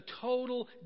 total